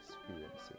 experiencing